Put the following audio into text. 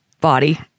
body